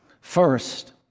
First